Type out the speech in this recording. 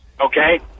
okay